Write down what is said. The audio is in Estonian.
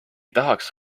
tahaks